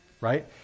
Right